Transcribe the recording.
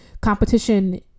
competition